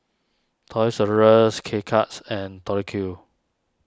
Toys R Us K Cuts and Tori Q